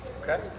Okay